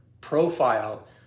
profile